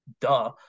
Duh